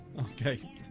Okay